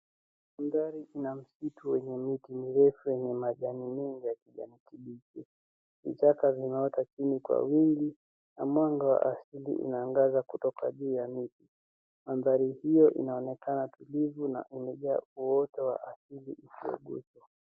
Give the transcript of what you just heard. Mandhari ina msitu wenye miti mirefu yenye majani mengi ya kijani kibichi. Vichaka vinaota chini kwa wingi na mwanga wa asili unaangaza kutoka juu ya miti. Mandhari hiyo inaonekna tulivu na imejaa uwoto wa asili usioguswa.